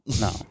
No